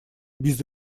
без